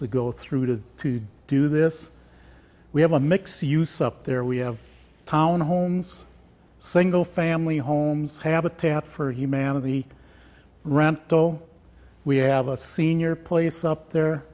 we go through to to do this we have a mix use up there we have town homes single family homes habitat for humanity round though we have a senior place up there